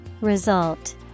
Result